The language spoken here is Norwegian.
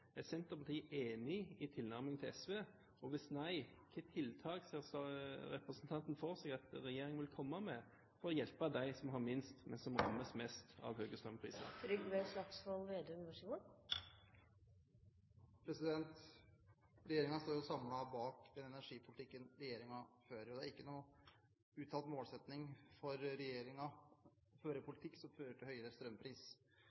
Er Senterpartiet enig i tilnærmingen til SV? Hvis nei, hvilke tiltak ser representanten for seg at regjeringen vil komme med for å hjelpe dem som har minst, men som rammes mest av høye strømpriser? Regjeringen står samlet bak den energipolitikken regjeringen fører. Det er ikke noen uttalt målsetting for regjeringen å føre